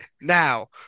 now